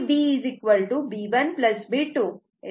22 आणि b b1 b2 0